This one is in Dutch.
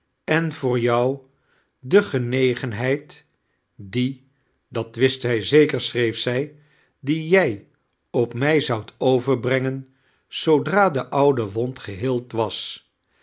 en voor jou de genegeniheid die da-t wist zij zeker aohreef zij die jij op mij zoudt overbrengen zoodra de oud wond geheeld was